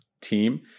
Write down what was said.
team